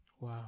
wow